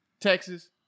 Texas